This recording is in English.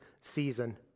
season